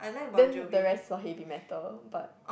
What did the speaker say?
then the rest all heavy metal but